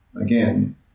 again